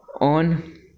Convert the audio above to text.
on